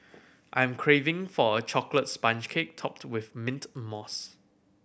I am craving for a chocolate sponge cake topped with mint mousse